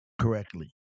correctly